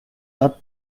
not